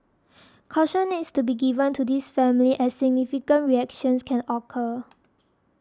caution needs to be given to these families as significant reactions can occur